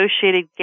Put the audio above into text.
associated